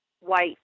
white